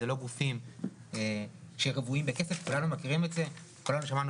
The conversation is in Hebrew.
זה לא גופים שרוויים בכסף וכולנו מכירים את זה וכולנו שמענו